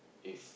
if